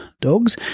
dogs